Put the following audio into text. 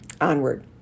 onward